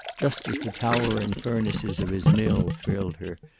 just as the towering furnaces of his mill thrilled her,